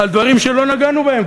על דברים שלא נגענו בהם,